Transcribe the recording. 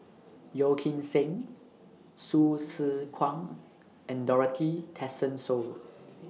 Yeo Kim Seng Hsu Tse Kwang and Dorothy Tessensohn